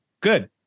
Good